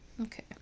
Okay